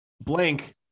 blank